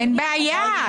אין בעיה.